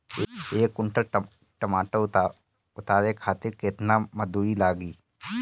एक कुंटल टमाटर उतारे खातिर केतना मजदूरी लागी?